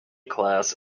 class